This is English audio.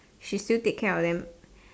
she still take care of them